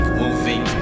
moving